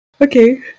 Okay